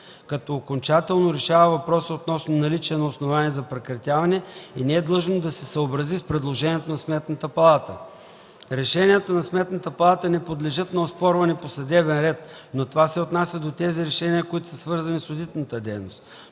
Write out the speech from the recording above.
като окончателно решава въпроса относно наличие на основание за прекратяване и не е длъжно да се съобрази с предложението на Сметната палата. - Решенията на Сметната палата не подлежат на оспорване по съдебен ред, но това се отнася до тези решения, които са свързани с одитната дейност.